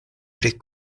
pri